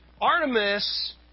Artemis